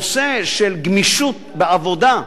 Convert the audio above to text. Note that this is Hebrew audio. הנושא של גמישות בעבודה,